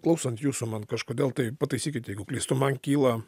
klausant jūsų man kažkodėl tai pataisykit jeigu klystu man kyla